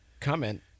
comment